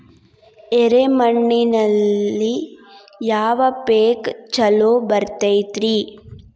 ಎರೆ ಮಣ್ಣಿನಲ್ಲಿ ಯಾವ ಪೇಕ್ ಛಲೋ ಬರತೈತ್ರಿ?